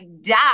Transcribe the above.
die